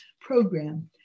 program